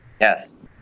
yes